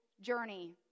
journey